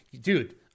Dude